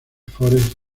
forest